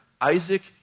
Isaac